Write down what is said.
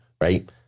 right